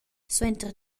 suenter